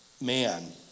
man